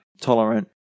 tolerant